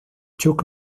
chuck